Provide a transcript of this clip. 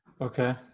Okay